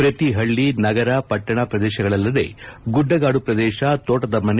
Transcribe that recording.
ಪ್ರತಿ ಹಳ್ಳಿ ನಗರ ಪಟ್ಟಣ ಪ್ರದೇಶಗಳಲ್ಲದೇ ಗುಡ್ಡಗಾದು ಪ್ರದೇಶ ತೋಟದ ಮನೆ